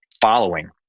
following